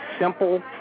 simple